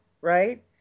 right